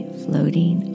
floating